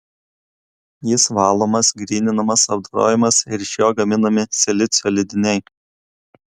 jis valomas gryninamas apdorojamas ir iš jo gaminami silicio lydiniai